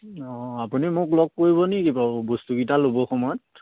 অঁ আপুনি মোক লগ কৰিব নেকি বাৰু বস্তুকেইটা ল'ব সময়ত